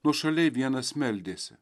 nuošaliai vienas meldėsi